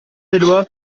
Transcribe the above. éloi